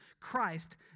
Christ